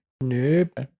Nope